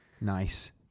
nice